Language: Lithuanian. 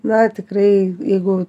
na tikrai jeigu